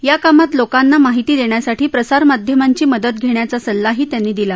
या कामात लोकांना माहिती देण्यासाठी प्रसारमाध्यमांची मदत घेण्याचा सल्लाही त्यांनी दिला